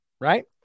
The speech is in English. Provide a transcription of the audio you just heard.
right